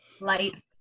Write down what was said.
light